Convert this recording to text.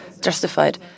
justified